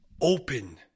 open